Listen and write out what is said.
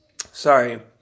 Sorry